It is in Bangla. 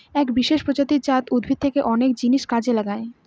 এক বিশেষ প্রজাতি জাট উদ্ভিদ থেকে অনেক জিনিস কাজে লাগে